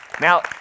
Now